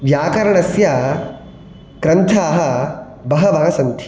व्याकरणस्य ग्रन्थाः बहवः सन्ति